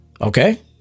Okay